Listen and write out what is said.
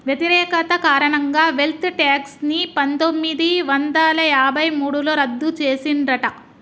వ్యతిరేకత కారణంగా wealth tax ని పందొమ్మిది వందల యాభై మూడులో రద్దు చేసిండ్రట